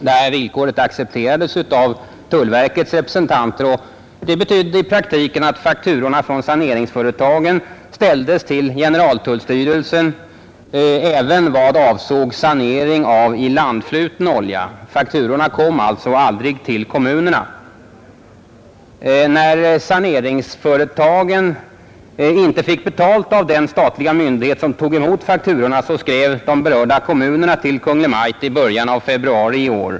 Det villkoret accepterades av tullverkets representanter, och det betydde i praktiken att fakturorna från saneringsföretagen ställdes till generaltullstyrelsen även vad avsåg saneringen av ilandfluten olja. Fakturorna kom alltså aldrig till kommunerna. När saneringsföretagen inte fick betalt av den statliga myndighet som tog emot fakturorna, skrev de berörda kommunerna till Kungl. Maj:t i början av februari i år.